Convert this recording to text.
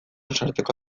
sartzeko